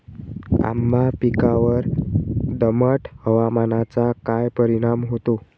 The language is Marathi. आंबा पिकावर दमट हवामानाचा काय परिणाम होतो?